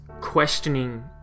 questioning